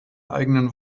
eigenen